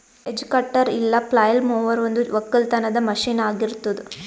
hedge cutter ಇಲ್ಲ flail mower ಒಂದು ಒಕ್ಕಲತನದ ಮಷೀನ್ ಆಗಿರತ್ತುದ್